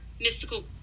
mythical